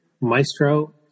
Maestro